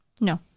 No